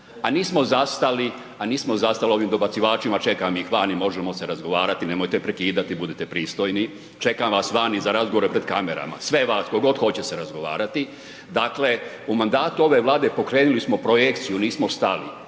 a nismo zastali, ovim dobacivačima, čekam ih vani, možemo se razgovarati, nemojte prekidati, budite pristojni. Čekam vas vani za razgovore pred kamerama, sve vas, tko god hoće se razgovarati. Dakle u mandatu ove Vlade pokrenuli smo projekciju, nismo stali.